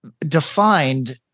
defined